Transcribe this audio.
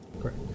Correct